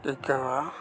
ᱤᱠᱟᱹᱣᱟ